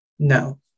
no